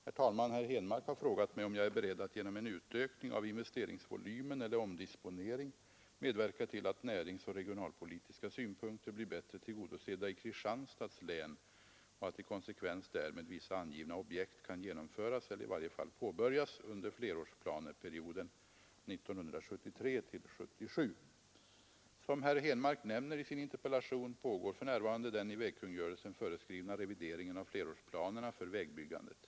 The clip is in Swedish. Herr talman! Herr Henmark har frågat mig om jag är beredd att genom en utökning av investeringsvolymen eller omdisponering medverka till att näringsoch regionalpolitiska synpunkter blir bättre tillgodosedda i Kristianstads län och att i konsekvens därmed vissa angivna objekt kan genomföras eller i varje fall påbörjas under flerårsplaneperioden 1973— 1977. Som herr Henmark nämner i sin interpellation pågår för närvarande den i vägkungörelsen föreskrivna revideringen av flerårsplanerna för vägbyggandet.